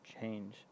change